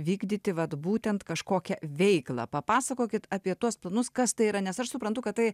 vykdyti vat būtent kažkokią veiklą papasakokit apie tuos planus kas tai yra nes aš suprantu kad tai